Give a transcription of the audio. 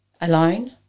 alone